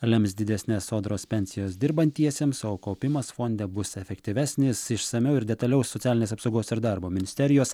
lems didesnes sodros pensijas dirbantiesiems o kaupimas fonde bus efektyvesnis išsamiau ir detaliau socialinės apsaugos ir darbo ministerijos